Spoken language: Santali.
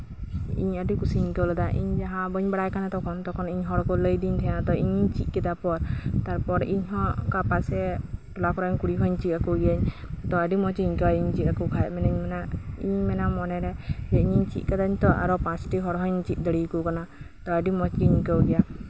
ᱤᱧ ᱟᱹᱰᱤ ᱠᱩᱥᱤᱧ ᱟᱹᱭᱠᱟᱹᱣ ᱞᱮᱫᱟ ᱤᱧ ᱵᱟᱹᱧ ᱵᱟᱲᱟᱭ ᱠᱟᱱ ᱛᱟᱦᱮᱱ ᱛᱚᱠᱷᱚᱱ ᱤᱧ ᱦᱚᱲ ᱠᱚ ᱞᱟᱹᱭᱟᱫᱤᱧ ᱛᱟᱦᱮᱸᱜᱼᱟ ᱟᱫᱚ ᱤᱧᱤᱧ ᱪᱮᱫ ᱠᱮᱫᱟ ᱯᱚᱨ ᱤᱧ ᱦᱚᱸ ᱚᱱᱠᱟ ᱯᱟᱥᱮ ᱴᱚᱞᱟ ᱠᱚᱨᱮᱱ ᱠᱩᱲᱤ ᱦᱚᱧ ᱪᱮᱫ ᱟᱠᱚ ᱜᱤᱭᱟᱹᱧ ᱛᱚ ᱟᱹᱰᱤ ᱢᱚᱡᱤᱧ ᱟᱹᱭᱠᱟᱹᱣᱟ ᱤᱧᱤᱧ ᱪᱮᱫ ᱟᱠᱚ ᱠᱷᱟᱡ ᱢᱮᱱᱟᱹᱧ ᱢᱚᱱᱮ ᱨᱮ ᱤᱧᱤᱧ ᱪᱮᱫ ᱠᱟᱫᱟᱹᱧ ᱛᱚ ᱟᱨᱦᱚᱸ ᱯᱟᱸᱪᱴᱤ ᱦᱚᱲ ᱦᱚᱸᱧ ᱪᱮᱫ ᱟᱠᱚ ᱠᱟᱱᱟ ᱟᱰᱤ ᱢᱚᱸᱡ ᱜᱤᱧ ᱟᱹᱭᱠᱟᱹᱣ ᱜᱮᱭᱟ